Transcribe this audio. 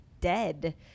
dead